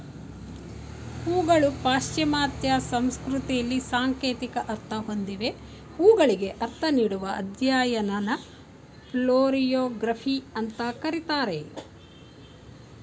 ಹೂಗಳು ಪಾಶ್ಚಿಮಾತ್ಯ ಸಂಸ್ಕೃತಿಲಿ ಸಾಂಕೇತಿಕ ಅರ್ಥ ಹೊಂದಿವೆ ಹೂಗಳಿಗೆ ಅರ್ಥ ನೀಡುವ ಅಧ್ಯಯನನ ಫ್ಲೋರಿಯೊಗ್ರಫಿ ಅಂತ ಕರೀತಾರೆ